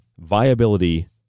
viability